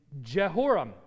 Jehoram